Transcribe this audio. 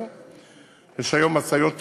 יש היום משאיות טורקיות,